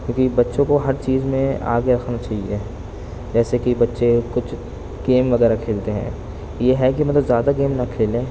کیونکہ بچّوں کو ہر چیز میں آگے رکھنا چاہیے جیسے کہ بّچے کچھ گیم وغیرہ کھیلتے ہیں یہ ہے کہ مطلب زیادہ گیم نہ کھیلیں